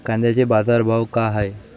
कांद्याचे बाजार भाव का हाये?